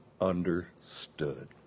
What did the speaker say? understood